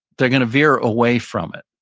they're going to veer away from it.